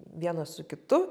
vienas su kitu